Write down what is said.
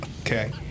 Okay